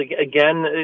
again